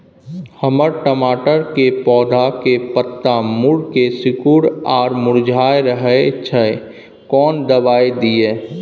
हमर टमाटर के पौधा के पत्ता मुड़के सिकुर आर मुरझाय रहै छै, कोन दबाय दिये?